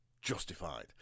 Justified